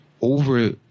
over